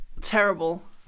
Terrible